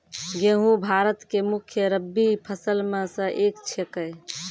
गेहूँ भारत के मुख्य रब्बी फसल मॅ स एक छेकै